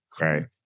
Right